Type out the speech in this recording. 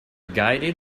guided